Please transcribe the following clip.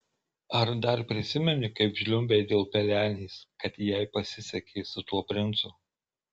ar dar prisimeni kaip žliumbei dėl pelenės kad jai pasisekė su tuo princu